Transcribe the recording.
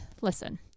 listen